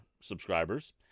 subscribers